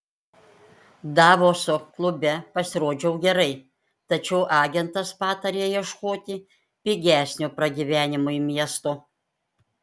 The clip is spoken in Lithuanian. davoso klube pasirodžiau gerai tačiau agentas patarė ieškoti pigesnio pragyvenimui miesto